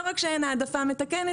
לא רק שאין העדפה מתקנת,